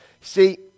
See